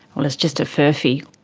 and it's just a furphy.